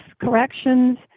corrections